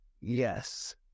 yes